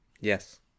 Yes